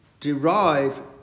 derive